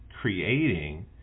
creating